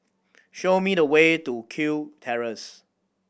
show me the way to Kew Terrace